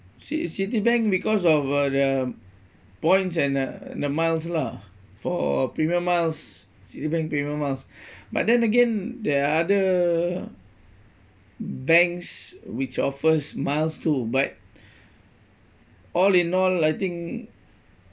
ci~ citibank because of uh the points and uh the miles lah for premium miles citibank premium miles but then again there are other banks which offers miles too but all in all I think